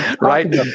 Right